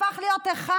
הפך להיות אחד